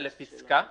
אלא לפסקה (7)(ב).